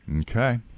Okay